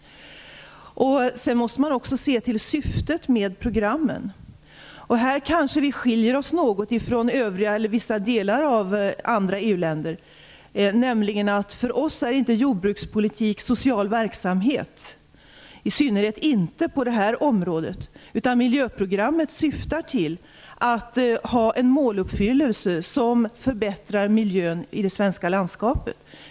Sedan måste man också se på syftet med programmen. Här kanske vi skiljer oss åt något från vissa EU-länder. För oss är nämligen inte jordbrukspolitik social verksamhet, i synnerhet inte på det här området. Miljöprogrammet syftar till en måluppfyllelse som gör att miljön förbättras i det svenska landskapet.